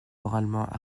moralement